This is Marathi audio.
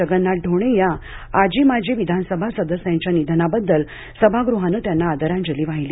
जगन्नाथ ढोणे या आजी माजी विधानसभा सदस्यांच्या निधनाबद्दल सभागृहानं त्यांना आदरांजली वाहिली